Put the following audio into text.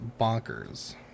bonkers